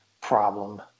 problem